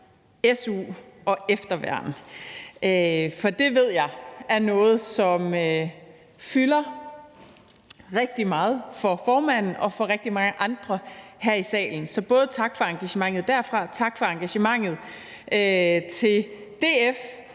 su og efterværn, for det ved jeg er noget, som fylder rigtig meget for formanden og for rigtig mange andre her i salen. Så både tak for engagementet derfra, tak for engagementet fra DF's